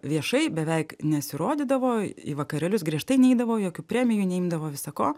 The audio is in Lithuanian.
viešai beveik nesirodydavo į vakarėlius griežtai neidavo jokių premijų neimdavo visa ko